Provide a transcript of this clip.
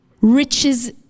Riches